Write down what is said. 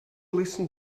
listen